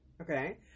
okay